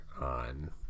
on